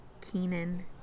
Kenan